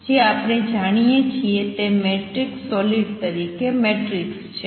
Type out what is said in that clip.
જે આપણે જાણીએ છીએ તે મેટ્રિક્સ સોલિડ તરીકે મેટ્રિક્સ છે